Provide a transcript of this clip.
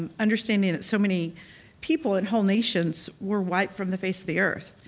um understanding that so many people and whole nations were wiped from the face of the earth.